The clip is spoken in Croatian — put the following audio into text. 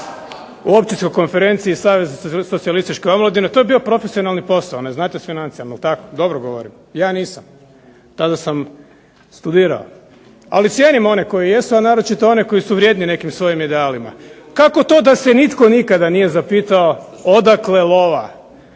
se./… konferencije Savez socijalističke omladine, to je bio profesionalni posao, ne znate s financijama je li tako? Dobro govorim. Ja nisam. Tada sam studirao. Ali cijenim one koji jesu, a naročito one koji su vrijedni nekim svojim idealima. Kako to da se nitko nikada nije zapitao odakle lova.